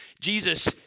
Jesus